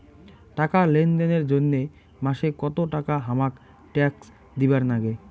টাকা লেনদেন এর জইন্যে মাসে কত টাকা হামাক ট্যাক্স দিবার নাগে?